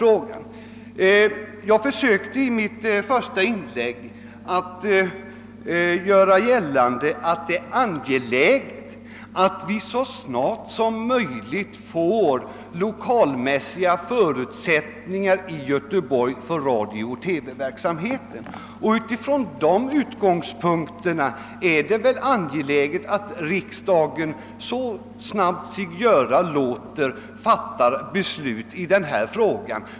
Jag försökte i mitt första inlägg att påvisa vikten av att vi så snart som möjligt får lokalmässiga förutsättningar i Göteborg för radiooch TV-verksamheten. Från den utgångspunkten är det angeläget att riksdagen så snabbt sig göra låter fattar beslut i denna fråga.